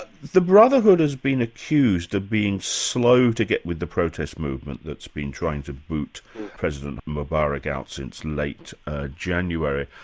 the brotherhood has been accused of being slow to get with the protest movement that's been trying to boot president mubarak out since late january.